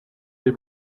les